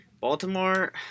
Baltimore